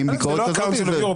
בעזרת השם.